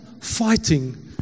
fighting